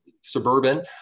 suburban